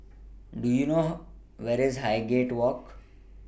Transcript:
Do YOU know Where IS Highgate Walk